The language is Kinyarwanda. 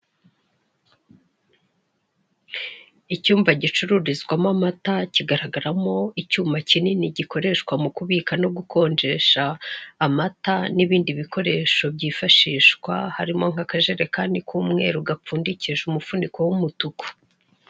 Icyumba gicururizwamo amata kigaragaramo icyuma kinini gikoreshwa mu kubika no gukonjesha amata n'ibindi bikoresho byifashishwa harimo nk'akajerekani k'umweru gapfundikije umufuniko w'umutuku.